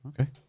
okay